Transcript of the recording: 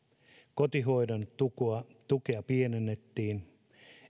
kotihoidon tukea tukea pienennettiin